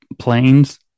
Planes